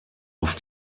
auf